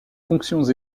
fonctions